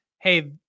Hey